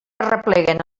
arrepleguen